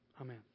Amen